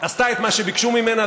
עשתה את מה שביקשו ממנה,